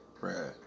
Right